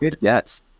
yes